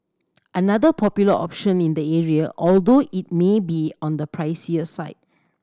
another popular option in the area although it may be on the pricier side